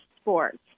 sports